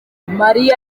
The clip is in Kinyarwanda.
mariya